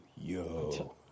yo